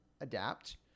adapt